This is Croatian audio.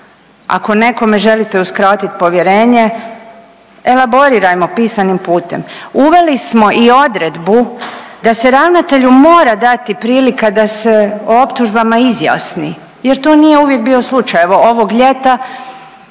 ako nekome želite uskratit povjerenje elaborirajmo pisanim putem. Uveli smo i odredbu da se ravnatelju mora dati prilika da se o optužbama izjasni jer to nije uvijek bio slučaj. Evo ovog ljeta